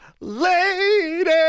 lady